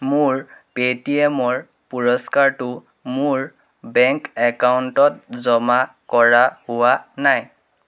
মোৰ পে' টি এমৰ পুৰস্কাৰটো মোৰ বেংক একাউণ্টত জমা কৰা হোৱা নাই